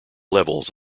levels